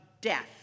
death